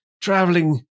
traveling